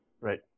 Right